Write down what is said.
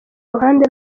ruhande